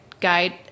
guide